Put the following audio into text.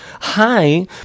Hi